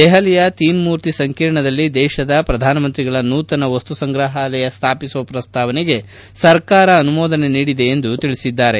ದೆಹಲಿಯ ತೀನ್ ಮೂರ್ತಿ ಸಂಕೀರ್ಣದಲ್ಲಿ ದೇಶದ ಪ್ರಧಾನಮಂತ್ರಿಗಳ ನೂತನ ವಸ್ತು ಸಂಗ್ರಹಾಲಯ ಸ್ಥಾಪಿಸುವ ಪ್ರಸ್ತಾವನೆಗೆ ಸರ್ಕಾರ ಅನುಮೋದನೆ ನೀಡಿದೆ ಎಂದು ತಿಳಿಸಿದ್ದಾರೆ